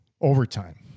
overtime